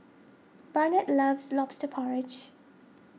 Barnett loves Lobster Porridge